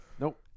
Nope